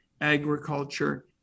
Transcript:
agriculture